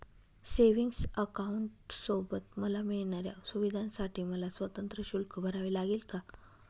Savings अकाउंटसोबत मला मिळणाऱ्या सुविधांसाठी मला स्वतंत्र शुल्क भरावे लागेल का?